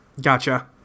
Gotcha